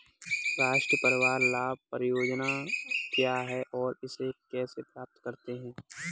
राष्ट्रीय परिवार लाभ परियोजना क्या है और इसे कैसे प्राप्त करते हैं?